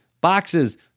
boxes